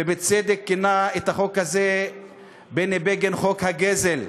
ובצדק כינה את החוק הזה בני בגין "חוק הגזל".